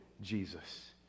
Jesus